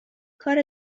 کار